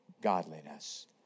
godliness